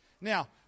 Now